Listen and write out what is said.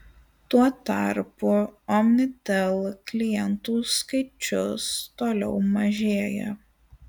tuo tarpu omnitel klientų skaičius toliau mažėja